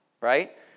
right